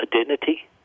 identity